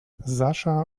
sascha